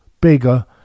bigger